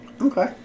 Okay